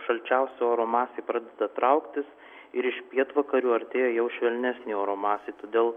šalčiausio oro masė pradeda trauktis ir iš pietvakarių artėja jau švelnesnė oro masė todėl